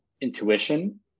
intuition